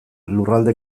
lurralde